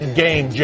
game